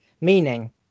Meaning